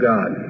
God